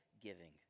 giving